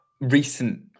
recent